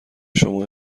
شما